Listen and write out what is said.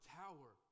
tower